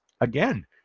Again